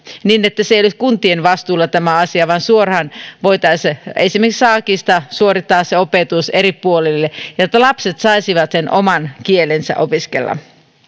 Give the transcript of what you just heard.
niin että tämä asia ei olisi kuntien vastuulla vaan suoraan voitaisiin esimerkiksi sakkista suorittaa se opetus eri puolille jotta lapset saisivat sen oman kielensä opiskella